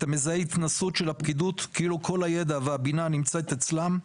אתה מזהה התנשאות של הפקידות כאילו כל הידע והבינה נמצאים אצלם,